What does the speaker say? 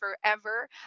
forever